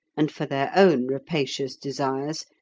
and for their own rapacious desires,